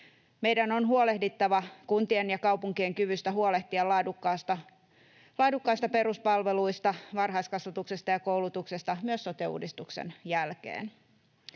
Meidän on huolehdittava kuntien ja kaupunkien kyvystä huolehtia laadukkaista peruspalveluista, varhaiskasvatuksesta ja koulutuksesta myös sote-uudistuksen jälkeen,